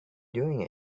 doing